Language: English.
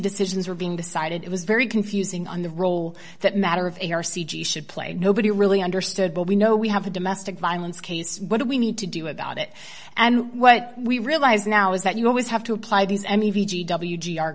decisions were being decided it was very confusing on the role that matter of our c g should play nobody really understood but we know we have a domestic violence case what do we need to do about it and what we realize now is that you always have to apply these